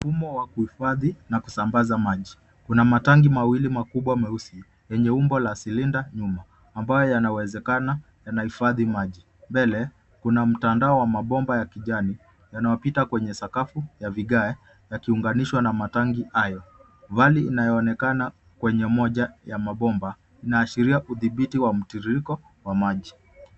Mfumo wa kuhifadi na kusambaza maji. Kuna matanki mawili makubwa mweusi wenye umbo la silinda nyuma ambayo yanawezekana yanahifadi maji, mbele kuna mtandao wa mapomba ya kijani yanayapita kwenye sakafu ya vigae yakiunganishwa na matanki hayo. Vali inayoonekana kwenye moja ya mapomba inaashiria utibidi wa mtiririko wa maji.